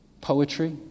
poetry